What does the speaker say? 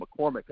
McCormick